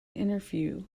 interview